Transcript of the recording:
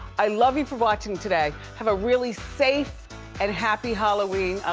i love you for watching today. have a really safe and happy halloween.